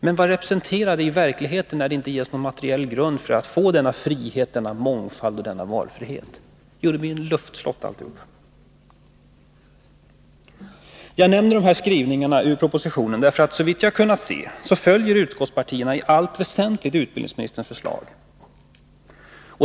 Men vad representerar det i verkligheten, när det inte ges någon materiell grund för att man skall kunna få denna frihet, mångfald och kvalitet? Jo, det blir luftslott av alltihop. Jag nämner dessa skrivningar ur propositionen därför att utskottspartierna, såvitt jag har kunnat se, i allt väsentligt följer utbildningsministerns förslag.